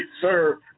sir